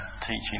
teaching